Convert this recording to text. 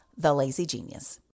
TheLazyGenius